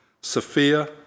Sophia